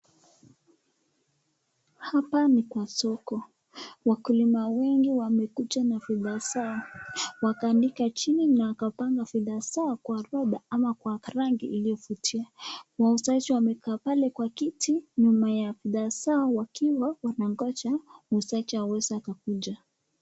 Hapa ni kwa soko. Wakulima wengi wamekuja na bidhaa zao, wakatandika chini na wakapanga bidhaa zao kwa orodha ama kwa rangi iliyovutia. Wauzaji wamekaa pale kwa kiti nyuma ya wakiwa wanangoja mtaja aweze akakuja.